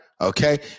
okay